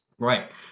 right